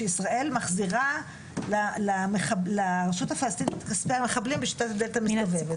שישראל מחזירה לרשות הפלסטינית את כספי המחבלים בשיטת הדלת המסתובבת.